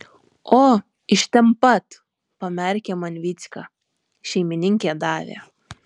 o iš ten pat pamerkė man vycka šeimininkė davė